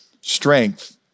strength